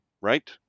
right